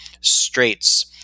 straits